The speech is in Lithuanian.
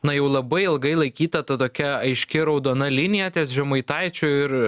na jau labai ilgai laikyta ta tokia aiški raudona linija ties žemaitaičiu ir